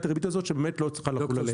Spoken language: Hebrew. הריבית הזאת שבאמת לא צריכה לחול --- ד"ר נס,